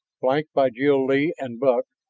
flanked by jil-lee and buck,